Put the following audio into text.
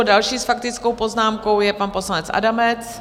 Další s faktickou poznámkou je pan poslanec Adamec.